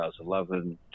2011